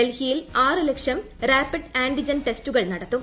ഡൽഹിയിൽ ആറ് ലക്ഷം റാപ്പിഡ് ആന്റിജൻ ടെസ്റ്റുകൾ നടത്തും